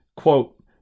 Quote